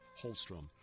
Holstrom